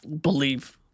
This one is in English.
believe